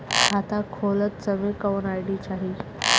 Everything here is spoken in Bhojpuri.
खाता खोलत समय कौन आई.डी चाही?